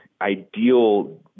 ideal